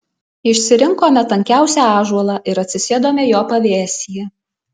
išsirinkome tankiausią ąžuolą ir atsisėdome jo pavėsyje